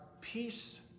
peace